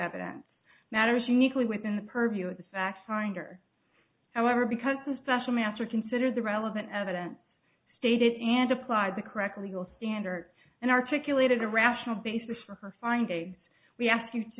evidence matters uniquely within the purview of the fact finder however because the special master considers the relevant evidence stated and applied the correct legal standard and articulated a rational basis for her fine day we ask you to